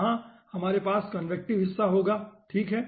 यहाँ हमारे पास कन्वेक्टिव हिस्सा होगा ठीक है